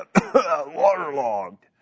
waterlogged